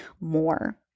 more